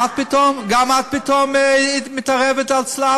גם את פתאום מתערבת על צלב